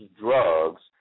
drugs